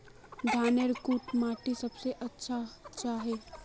धानेर कुन माटित सबसे अच्छा होचे?